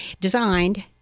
designed